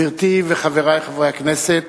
גברתי וחברי חברי הכנסת,